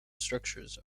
structures